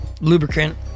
Lubricant